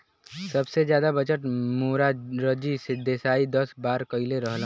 सबसे जादा बजट मोरारजी देसाई दस बार कईले रहलन